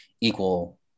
equal